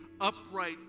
upright